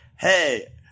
hey